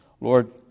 Lord